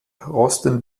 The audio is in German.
rosten